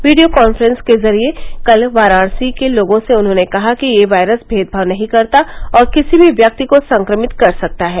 video conference के जरिए कल वाराणसी के लोगों से उन्होंने कहा कि यह वायरस भेदभाव नहीं करता और किसी भी व्यक्ति को संक्रमित कर सकता है